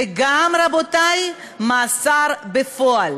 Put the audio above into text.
וגם, רבותי, מאסר בפועל.